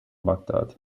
baghdad